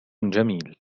جميل